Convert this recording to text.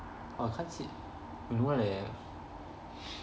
orh I can't see it don't have